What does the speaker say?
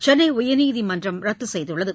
சென்னை உயர்நீதிமன்றம் ரத்து செய்துள்ளது